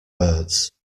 birds